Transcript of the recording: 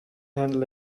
handle